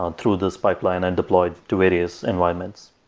um through this pipeline and deployed to various environments.